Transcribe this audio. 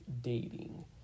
dating